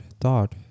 thought